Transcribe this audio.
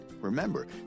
Remember